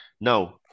now